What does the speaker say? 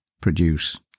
produce